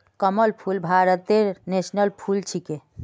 कमल फूल भारतेर नेशनल फुल छिके